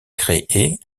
créée